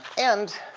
and